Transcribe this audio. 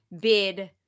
bid